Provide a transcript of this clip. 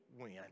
win